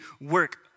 work